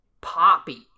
poppy